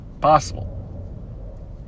possible